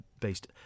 based